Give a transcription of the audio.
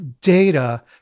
data